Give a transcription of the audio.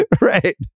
Right